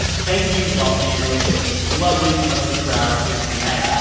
thank you, los angeles and this lovely, lovely crowd here tonight